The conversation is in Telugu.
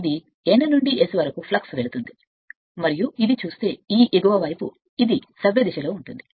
ఇది N నుండి S వరకు వెళుతున్న ఫ్లక్స్ మరియు ఇది చూస్తే ఈ ఎగువ వైపు ఇది సవ్యదిశలో ఉంటుంది